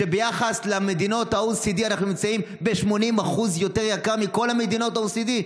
שביחס למדינות ה-OECD אנחנו נמצאים ב-80% יותר יקר מכל מדינות ה-OECD.